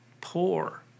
poor